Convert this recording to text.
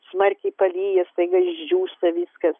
smarkiai palyja staiga išdžiūsta viskas